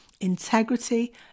integrity